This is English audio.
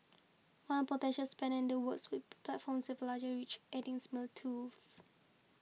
one potential spanner in the works platforms a larger reach adding similar tools